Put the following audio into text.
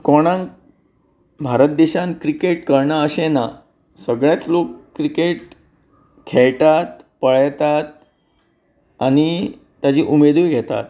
कोणांक भारत देशांत क्रिकेट कळना अशें ना सगळेच लोक क्रिकेट खेळटात पळेतात आनी ताजी उमेदूय घेतात